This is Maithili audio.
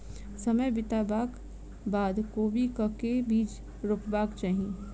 समय बितबाक बाद कोबी केँ के बीज रोपबाक चाहि?